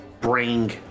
bring